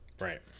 Right